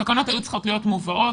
התקנות היו צריכות להיות מובאות.